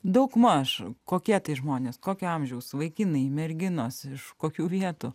daugmaž kokie tai žmonės kokio amžiaus vaikinai merginos iš kokių vietų